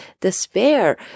despair